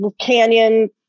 canyon